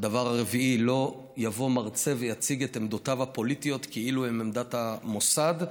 4. לא יבוא מרצה ויציג את עמדותיו הפוליטיות כאילו הן עמדת המוסד,